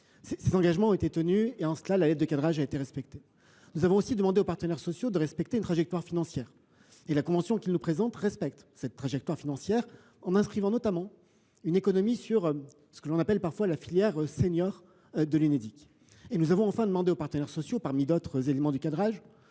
Ces engagements ont été tenus et en cela la lettre de cadrage a été respectée. Nous avons aussi demandé aux partenaires sociaux de respecter une trajectoire financière. La convention qu’ils nous présentent respecte cette trajectoire en prévoyant notamment une économie sur ce que l’on appelle parfois la filière seniors de l’Unédic. Nous avons enfin demandé aux partenaires sociaux de tenir compte de la